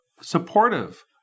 supportive